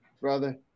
brother